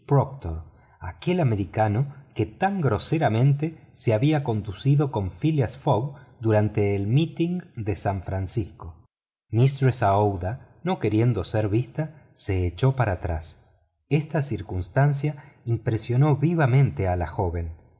proctor aquel americano que tan groseramente se había conducido con phileas fogg durante el mitin de san francisco mistress aouida no queriendo ser vista se echó para atrás esta circunstancia impresionó vivamente a la joven